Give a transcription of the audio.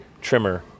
trimmer